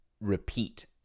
repeat